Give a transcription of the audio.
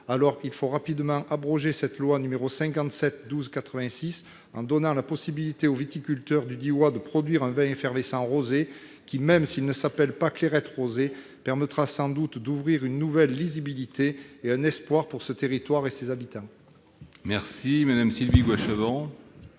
Il faut rapidement abroger cette loi et donner la possibilité aux viticulteurs du Diois de produire un vin effervescent rosé qui, même s'il ne s'appelle pas Clairette rosée, permettra sans doute d'offrir une nouvelle lisibilité et un espoir pour ce territoire et ses habitants. La parole est à Mme Sylvie Goy-Chavent,